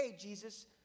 Jesus